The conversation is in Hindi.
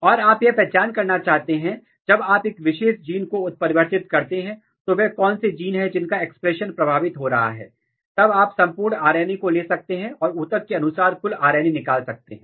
और आप यह पहचान करना चाहते हैं जब आप एक विशेष जीन को उत्परिवर्तन करते हैं तो वह कौन से जीन है जिनका एक्सप्रेशन प्रभावित हो रहा है तब आप संपूर्ण RNA को ले सकते हैं और उत्तक के अनुसार कुल RNA निकाल सकते हैं